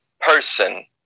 person